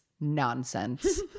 Nonsense